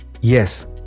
Yes